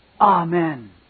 Amen